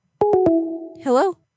Hello